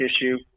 issue